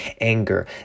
anger